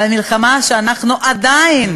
על המלחמה שאנחנו עדיין,